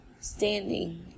standing